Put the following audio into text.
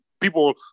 people